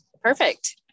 Perfect